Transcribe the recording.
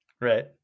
Right